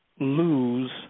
lose